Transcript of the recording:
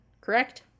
correct